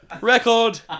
record